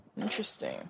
Interesting